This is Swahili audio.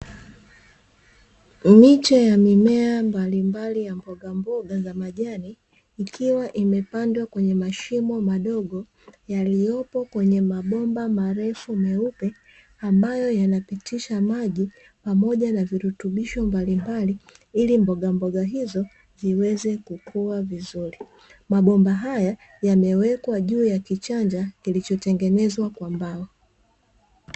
Miche ya mimea mbalimbali ya mbogamboga za majani, ikiwa imepandwa kwenye mashimo madogo yaliyopo kwenye mabomba marefu meupe, ambayo yanapitisha maji pamoja na virutubisho mbalimbali ili mbogamboga hizo ziweze kukua vizuri, mabomba haya yamewekwa juu ya kichanja kilichotengenezwa kwa mbao.